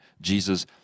Jesus